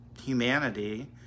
humanity